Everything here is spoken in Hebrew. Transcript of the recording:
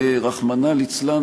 רחמנא ליצלן,